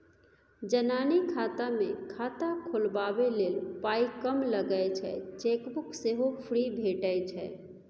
जनानी खाता मे खाता खोलबाबै लेल पाइ कम लगै छै चेकबुक सेहो फ्री भेटय छै